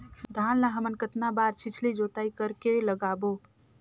धान ला हमन कतना बार छिछली जोताई कर के लगाबो?